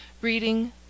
Reading